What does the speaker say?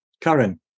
Karen